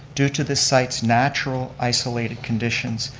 due to the site's natural isolated conditions,